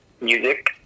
music